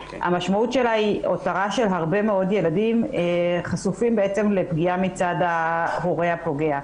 המשמעות שלה היא הותרת הרבה אמוד ילדים חשפים לפגיעה מצד ההורה הפוגע.